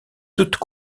toutes